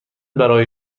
برای